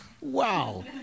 wow